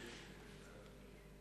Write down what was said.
סיימתי.